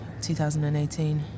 2018